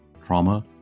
Trauma